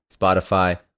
Spotify